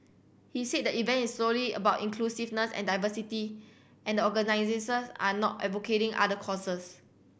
he said the event is solely about inclusiveness and diversity and the organisers are not advocating other causes